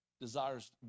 desires